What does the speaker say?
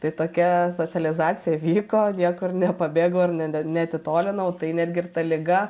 tai tokia socializacija vyko niekur nepabėgau ir ne ne neatitolinau tai netgi ir ta liga